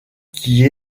qui